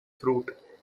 fruit